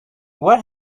where